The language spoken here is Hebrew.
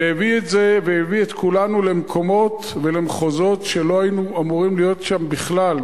והביא את כולנו למקומות ולמחוזות שלא היינו אמורים להיות שם בכלל,